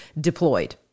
deployed